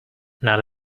not